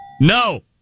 No